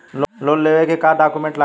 Loan लेवे के का डॉक्यूमेंट लागेला?